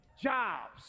Jobs